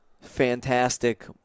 fantastic